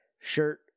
shirt